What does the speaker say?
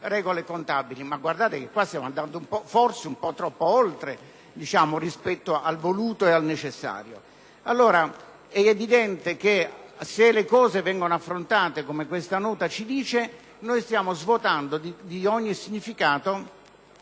regole contabili, ma stiamo andando troppo oltre rispetto al voluto e al necessario. È evidente che, se le cose vengono affrontate come questa nota ci dice, stiamo svuotando di ogni significato